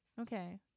Okay